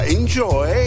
enjoy